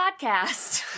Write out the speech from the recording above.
podcast